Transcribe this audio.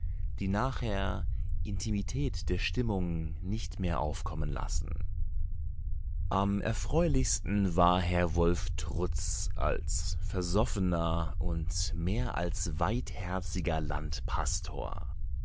die nachher intimität der stimmung nicht mehr aufkommen lassen am erfreulichsten war herr wolf trutz als versoffener und mehr als weitherziger